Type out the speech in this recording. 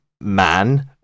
man